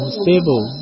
stable